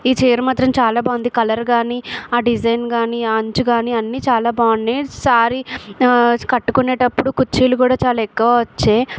ఈ చీర మాత్రం చాలా బాగుంది కలర్ కానీ ఆ డిజైన్ కానీ ఆ అంచు కానీ అన్నీ చాలా బాగున్నాయి శారీ కట్టుకునేటప్పుడు కుచ్చిళ్ళు కుడా చాలా ఎక్కువ వచ్చాయి